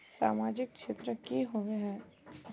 सामाजिक क्षेत्र की होबे है?